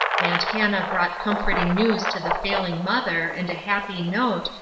aunt hannah brought comforting news to the failing mother, and a happy note,